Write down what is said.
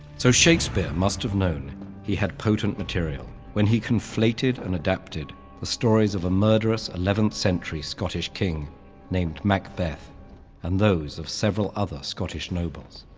so shakespeare must have known he had potent material when he conflated and adapted the stories of a murderous eleventh century scottish king named macbeth and those of several other scottish nobles.